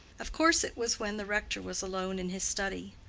of course it was when the rector was alone in his study.